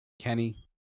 Kenny